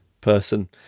person